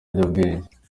ibiyobyabwenge